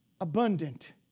abundant